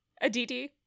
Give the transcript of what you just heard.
Aditi